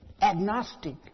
agnostic